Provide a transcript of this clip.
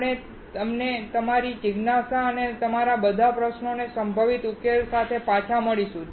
આપણે તમને તમારી જિજ્ઞાસા અને તમારા બધા પ્રશ્નો માટે સંભવિત ઉકેલ સાથે પાછા મળીશું